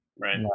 Right